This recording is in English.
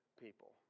people